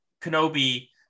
Kenobi